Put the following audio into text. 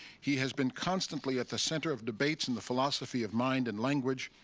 he has been constantly at the center of debates in the philosophy of mind and language,